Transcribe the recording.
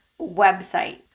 website